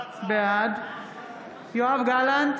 בעד יואב גלנט,